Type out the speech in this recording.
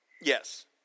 Yes